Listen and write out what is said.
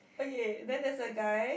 okay then there's a guy